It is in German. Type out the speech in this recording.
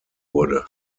wurde